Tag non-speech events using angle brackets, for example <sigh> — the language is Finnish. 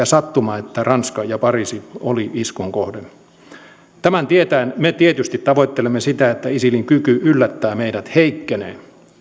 <unintelligible> sattumaa että ranska ja pariisi oli iskun kohde tämän tietäen me tietysti tavoittelemme sitä että isilin kyky yllättää meidät heikkenee